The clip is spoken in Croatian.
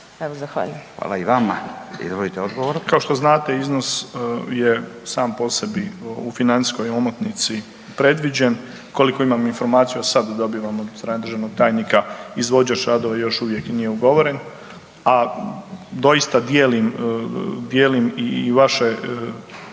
(Nezavisni)** Hvala i vama. Izvolite odgovor. **Ćorić, Tomislav (HDZ)** Kao što znate iznos je sam po sebi u financijskoj omotnici predviđen, koliko imam informaciju, a sad da bi vam od … državnog tajnika izvođač radova još nije ugovoren, a doista dijelim i vaše